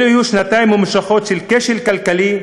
אלה יהיו שנתיים ממושכות של כשל כלכלי,